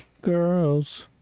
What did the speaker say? girls